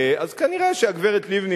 אז כנראה הגברת לבני,